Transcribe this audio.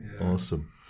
Awesome